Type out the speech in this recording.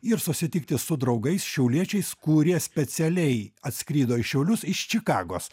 ir susitikti su draugais šiauliečiais kurie specialiai atskrido į šiaulius iš čikagos